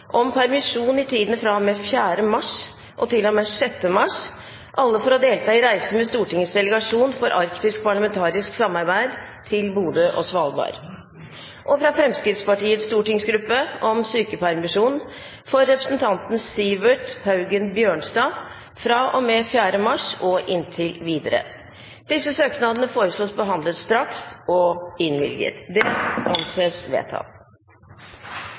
om permisjon i tiden fra og med 4. mars til og med 6. mars, alle for å delta i reise med Stortingets delegasjon for arktisk parlamentarisk samarbeid til Bodø og Svalbard fra Fremskrittspartiets stortingsgruppe om sykepermisjon for representanten Sivert Haugen Bjørnstad fra og med 4. mars og inntil videre Etter forslag fra presidenten ble enstemmig besluttet: Søknadene behandles straks og